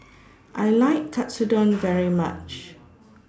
I like Katsudon very much